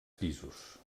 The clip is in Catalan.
pisos